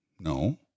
No